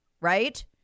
right